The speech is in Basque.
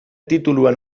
titulua